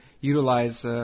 utilize –